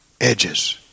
edges